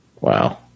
Wow